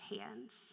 hands